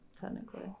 Technically